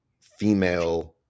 female